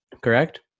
Correct